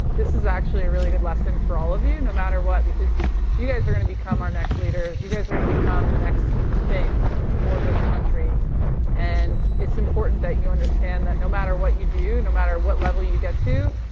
this is actually a really good lesson for all of you, no matter what, because you guys are gonna become our next leaders. you guys are going to become the next thing for this country and it's important that you understand that no matter what you do, no matter what level you get to,